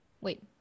Wait